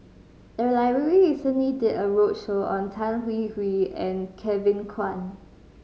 the library recently did a roadshow on Tan Hwee Hwee and Kevin Kwan